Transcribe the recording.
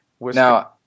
Now